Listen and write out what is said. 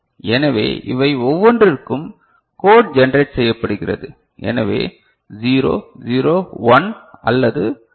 எனவே இவை ஒவ்வொன்றிற்கும் கோட் ஜெனரேட் செய்யப்படுகிறது எனவே 0 0 1 அல்லது 1 0 0